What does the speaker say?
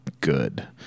good